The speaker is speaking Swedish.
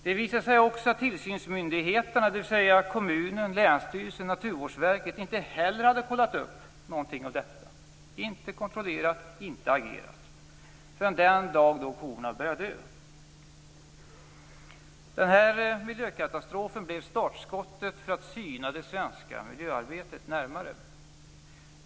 Det visade sig också att tillsynsmyndigheterna, dvs. kommunen, Länsstyrelsen och Naturvårdsverket, inte heller hade kollat upp någonting av detta. Man hade inte kontrollerat och inte agerat förrän den dag då korna började dö. Denna miljökatastrof blev startskottet för en närmare syning av det svenska miljöarbetet.